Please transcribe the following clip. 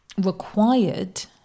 required